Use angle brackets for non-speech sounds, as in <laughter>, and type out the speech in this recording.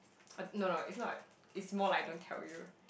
<noise> no no it's not it's more like I don't tell you